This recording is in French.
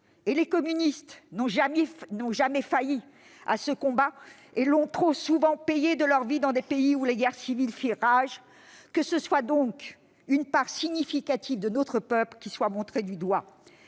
les communistes n'ont jamais failli à ce combat et l'ont trop souvent payé de leur vie dans des pays où les guerres civiles firent rage -, une part significative de notre peuple soit montrée du doigt.